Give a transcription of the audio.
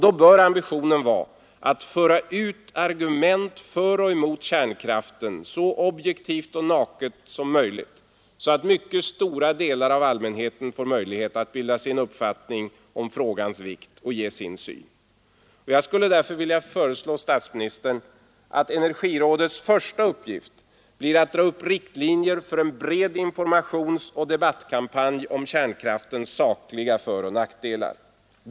Då bör ambitionen vara att föra ut argument för och mot kärnkraften så objektivt och naket som möjligt, så att mycket stora delar av allmänheten får möjlighet att bilda sig en uppfattning om frågans vikt och ge sin syn. Jag skulle därför vilja föreslå statsministern att energirådets första uppgift blir att dra upp riktlinjer för en bred informationsoch debattkampanj om kärnkraftens sakliga föroch nackdelar.